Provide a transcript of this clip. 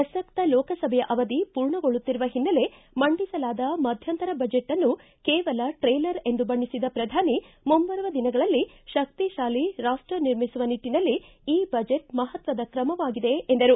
ಪ್ರಸಕ್ತ ಲೋಕಸಭೆಯ ಅವಧಿ ಪೂರ್ಣಗೊಳ್ಳುತ್ತಿರುವ ಓನ್ನೆಲೆ ಮಂಡಿಸಲಾದ ಮಧ್ಯಂತರ ಬಜೆಚ್ನ್ನು ಕೇವಲ ಟ್ರೇಲರ್ ಎಂದು ಬಣ್ಣಿಸಿದ ಪ್ರಧಾನಿ ಮುಂಬರುವ ದಿನಗಳಲ್ಲಿ ಶಕ್ತಿಶಾಲಿ ರಾಷ್ಷ ನಿರ್ಮಿಸುವ ನಿಟ್ಟಿನಲ್ಲಿ ಈ ಬಜೆಟ್ ಮಹತ್ವದ ಕ್ರಮವಾಗಿದೆ ಎಂದರು